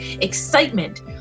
excitement